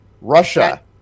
Russia